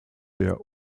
der